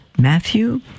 Matthew